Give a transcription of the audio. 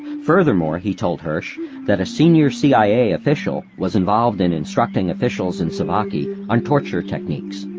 furthermore, he told hersh that a senior cia official was involved in instructing officials in savaki on torture techniques.